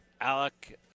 Alec